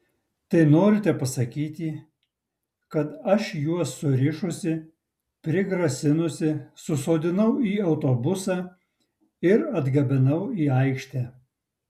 tai norite pasakyti kad aš juos surišusi prigrasinusi susodinau į autobusą ir atgabenau į aikštę